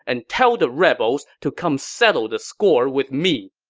and tell the rebels to come settle the score with me!